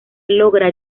logra